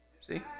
see